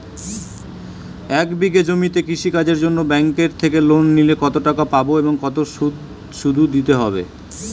এক বিঘে জমিতে কৃষি কাজের জন্য ব্যাঙ্কের থেকে লোন নিলে কত টাকা পাবো ও কত শুধু দিতে হবে?